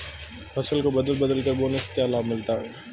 फसल को बदल बदल कर बोने से क्या लाभ मिलता है?